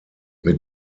mit